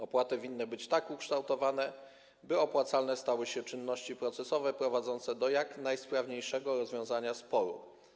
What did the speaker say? Opłaty winny być tak ukształtowane, by opłacalne stały się czynności procesowe prowadzące do jak najsprawniejszego rozwiązania sporu.